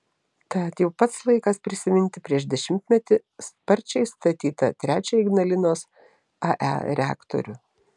tad jau pats laikas prisiminti prieš dešimtmetį sparčiai statytą trečią ignalinos ae reaktorių